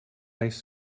ice